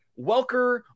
Welker